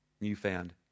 newfound